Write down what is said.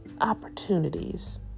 opportunities